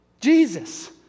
Jesus